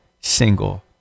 single